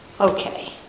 Okay